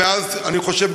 אני חושב,